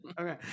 okay